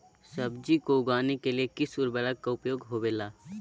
सब्जी को उगाने के लिए किस उर्वरक का उपयोग होबेला?